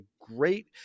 great